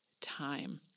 time